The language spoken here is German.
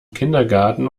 kindergarten